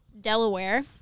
Delaware